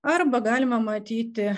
arba galima matyti